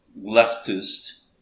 leftist